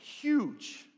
huge